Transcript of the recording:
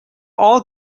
all